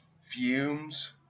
fumes